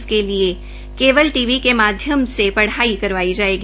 इसके लिए केवल टी वी के माध्यम से पढ़ाई करवाई जायेगी